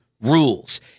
rules